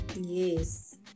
Yes